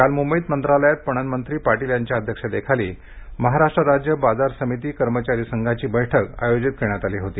काल मुंबईत मंत्रालयात पणन मंत्री पाटील यांच्या अध्यक्षतेखाली महाराष्ट्र राज्य बाजार समिती कर्मचारी संघाची बैठक आयोजित करण्यात आली होती